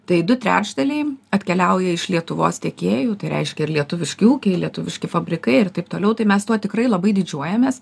tai du trečdaliai atkeliauja iš lietuvos tiekėjų tai reiškia ir lietuviški ūkiai lietuviški fabrikai ir taip toliau tai mes tuo tikrai labai didžiuojamės